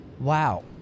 Wow